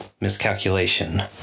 miscalculation